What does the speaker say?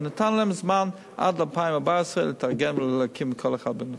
נתנו להם זמן עד 2014 להתארגן ולהקים כל אחד בנפרד.